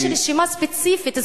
יש רשימה ספציפית סגורה.